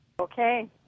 Okay